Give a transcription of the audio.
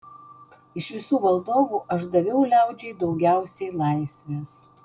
iš visų valdovų aš daviau liaudžiai daugiausiai laisvės